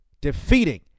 defeating